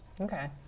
Okay